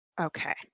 Okay